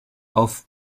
auf